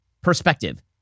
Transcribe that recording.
perspective